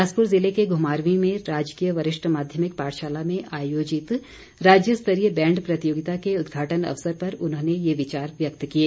बिलासपुर जिले के घुमारवीं में राजकीय वरिष्ठ माध्यमिक पाठशाला में आयोजित राज्य स्तरीय बैंड प्रतियोगिता के उद्घाटन अवसर पर उन्होंने ये विचार व्यक्त किए